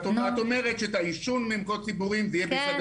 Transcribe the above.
את אומרת שאת העישון במקומות ציבוריים זה יהיה במשרד הבריאות,